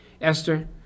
Esther